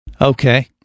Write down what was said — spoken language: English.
Okay